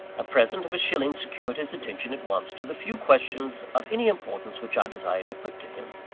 a present of a shilling secured his attention at once to the few questions of any importance which i desired to put to him.